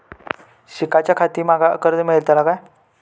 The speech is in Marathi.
शिकाच्याखाती माका कर्ज मेलतळा काय?